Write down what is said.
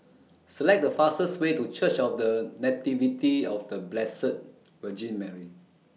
Select The fastest Way to Church of The Nativity of The Blessed Virgin Mary